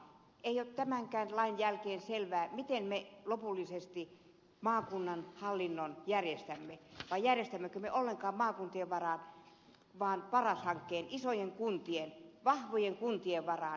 ei ole tämänkään lain jälkeen selvää miten me lopullisesti maakunnan hallinnon järjestämme vai järjestämmekö me ollenkaan maakuntien varaan vaan paras hankkeen isojen kuntien vahvojen kuntien varaan